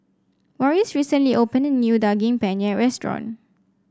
Morris recently opened a new Daging Penyet Restaurant